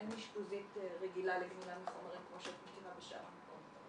אין אשפוזית רגילה לגמילה מחומרים כמו שאת מכירה משאר המקומות.